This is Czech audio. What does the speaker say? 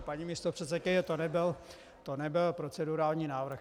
Paní místopředsedkyně, to nebyl procedurální návrh.